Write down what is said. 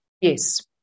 Yes